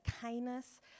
kindness